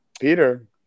Peter